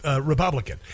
Republican